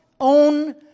own